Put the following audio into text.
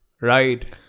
Right